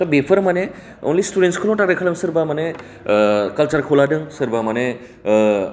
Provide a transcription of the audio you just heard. दा बेफोर माने अनलि स्टुडेन्टसखौल' नङा सोरबा माने ओ कालसारखौ लादों सोरबा माने ओ